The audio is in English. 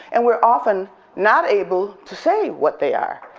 and we're often not able to say what they are.